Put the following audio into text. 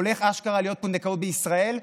הולך אשכרה להיות פונדקאות בישראל,